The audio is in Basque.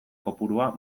kopurua